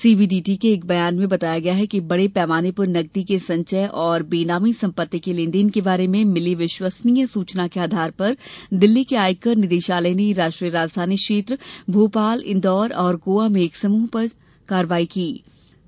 CBDT के एक बयान में बताया गया है कि बड़े पैमाने पर नकदी के संचय तथा बेनामी संपत्ति के लेन देन के बारे में मिली विश्वसनीय सूचना के आधार पर दिल्ली के आयकर निदेशालय ने राष्ट्रीय राजधानी क्षेत्र भोपाल इंदौर और गोआ में एक समूह पर छापे मारे